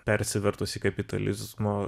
persivertus į kapitalizmo